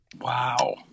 Wow